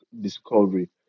discovery